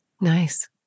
Nice